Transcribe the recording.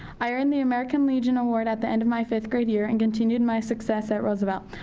i earned the american legion award at the end of my fifth grade year and continued my success at roosevelt.